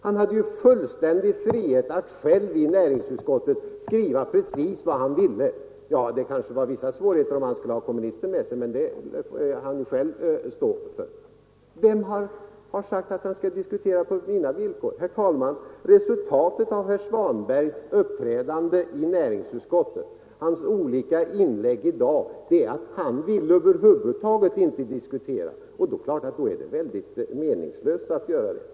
Han hade ju fullständig frihet att själv i näringsutskottet skriva precis vad han ville — ja, han hade kanske vissa svårigheter om han skulle ha kommunisterna med sig, men det får stå för hans egen räkning. Vem har sagt att han skall diskutera på mina villkor? Herr talman! Resultatet av herr Svanbergs inlägg i dag och vad han skrivit i näringsutskottet är att han över huvud taget inte vill diskutera, och då är det meningslöst att vi för en debatt.